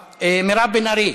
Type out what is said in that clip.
מירב בן ארי,